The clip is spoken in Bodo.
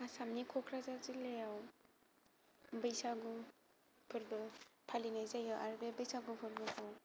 आसामनि क'क्राझार जिल्लायाव बैसागु फोरबो फालिनाय जायो आरो बे बैसागु फोरबोखौ